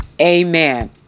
Amen